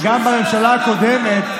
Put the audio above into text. גם בממשלה הקודמת,